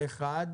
הצבעה אושר.